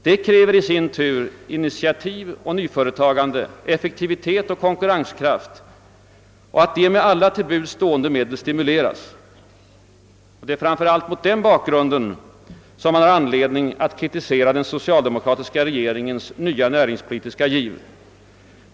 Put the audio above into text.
Det kräver i sin tur initiativ till nyföretagande, effektivitet och konkurrenskraft och att de med alla till buds stående medel stimuleras. Det är framför allt mot den bakgrunden som man har anledning kritisera den socialdemokratiska regeringens nya näringspolitiska giv.